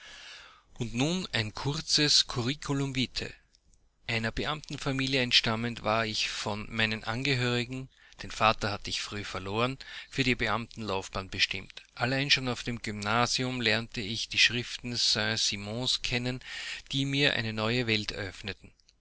und nun ein kurzes curriculum vitae einer beamtenfamilie entstammend war ich von meinen angehörigen den vater hatte ich früh verloren für die beamtenlaufbahn bestimmt allein schon auf dem gymnasium lernte ich die schriften saint simons kennen die mir eine neue welt eröffneten